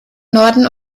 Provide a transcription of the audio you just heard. norden